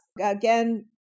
again